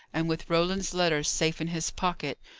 and, with roland's letter safe in his pocket,